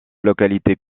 localité